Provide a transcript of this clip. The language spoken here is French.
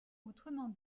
autrement